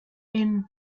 and